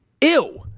ew